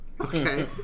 Okay